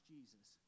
Jesus